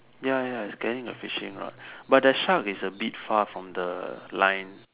ya ya he's getting a fishing rod but the shark is a bit far from the line